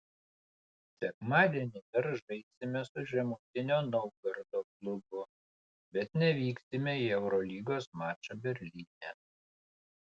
sekmadienį dar žaisime su žemutinio naugardo klubu bet nevyksime į eurolygos mačą berlyne